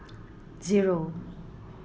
zero